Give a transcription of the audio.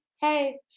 hey